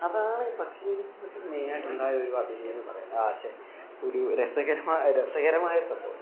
അതാണ് പക്ഷി നിരീക്ഷണത്തിൽ മെയിനായിട്ടുണ്ടായ ഒരു അഭിനയം എന്ന് പറയുന്നത് ആ ശ്ശെ ഒരു രസകരമായ രസകരമായ ഒരു സംഭവം